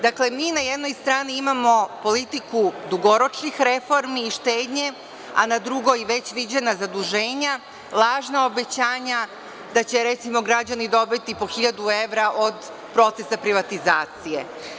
Dakle, mi na jednoj strani imamo politiku dugoročnih reformi i štednje, a na drugoj već viđena zaduženja, lažna obećanja da će, recimo, građani dobiti po hiljadu evra od procesa privatizacije.